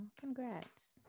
congrats